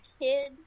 kid